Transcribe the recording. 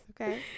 Okay